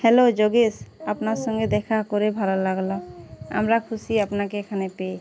hello Yogesh আপনার সঙ্গে দেখা করে ভালো লাগলো আমরা খুশি আপনাকে এখানে পেয়ে